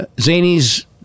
zany's